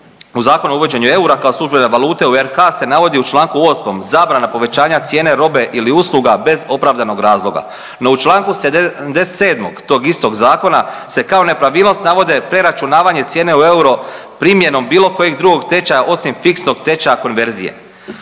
U Zakonu o uvođenju eura kao službene valute u RH se navodi u čl. 8. zabrana povećanja cijene robe ili usluga bez opravdanog razloga, no u čl. 77. tog istog zakona se kao nepravilnost navode preračunavanje cijene u euro primjenom bilo kojeg drugog tečaja osim fiksnog tečaja konverzije.